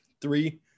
Three